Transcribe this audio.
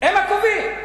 הם הקובעים.